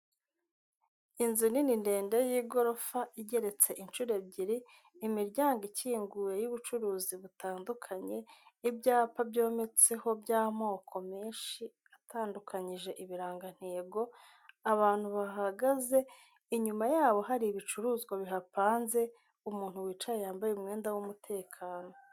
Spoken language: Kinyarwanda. Inzu nini ndende y'igorofa igeretse inshuro ebyiri, imiryango ikinguye y'ubucuruzi butandukanye, ibyapa byometseho by'amoko menshi atandukanyije ibirangantego, abantu bahagaze inyuma yabo hari ibicuruzwa bihapanze, umuntu wicaye yambaye umwenda w'umutekano.